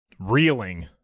reeling